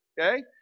Okay